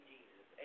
Jesus